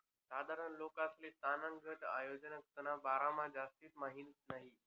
साधारण लोकेसले संस्थागत उद्योजकसना बारामा जास्ती माहिती नयी